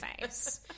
face